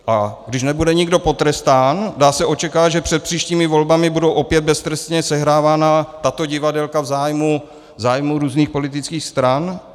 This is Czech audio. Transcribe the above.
A když nebude nikdo potrestán, dá se očekávat, že před příštími volbami budou opět beztrestně sehrávána tato divadélka v zájmu různých politických stran.